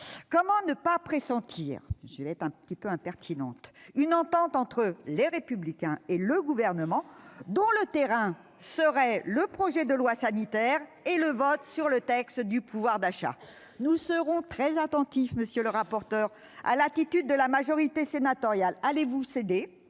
Comment ne pas pressentir- je vais être quelque peu impertinente -une entente entre Les Républicains et le Gouvernement, dont le terrain serait le projet de loi sanitaire et le texte sur le pouvoir d'achat ? Nous serons très attentifs, monsieur le rapporteur, à l'attitude de la majorité sénatoriale. Allez-vous céder,